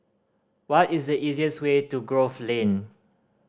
what is the easiest way to Grove Lane